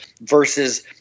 versus